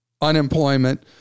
unemployment